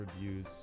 reviews